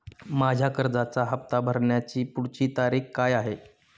माझ्या कर्जाचा हफ्ता भरण्याची पुढची तारीख काय आहे?